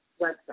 website